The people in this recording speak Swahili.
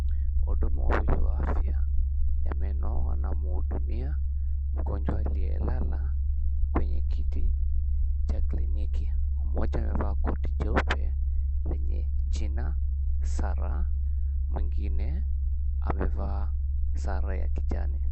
Muhudumu huyu wa afya ana muhudumiamia mgojwa aliye lala kwenye kiticha kliniki. Mmoja amevaa jikoti jeupue lenye jina Sara, mwengine amevaa sare ya kibichi.